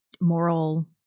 moral